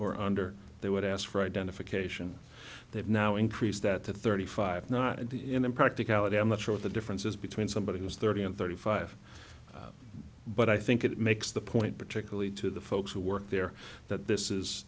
or under they would ask for identification they've now increased that to thirty five not in the impracticality i'm not sure what the difference is between somebody who's thirty and thirty five but i think it makes the point particularly to the folks who work there that this is